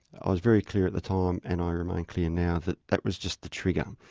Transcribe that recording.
i was very clear at the time and i remain clear now that that was just the trigger.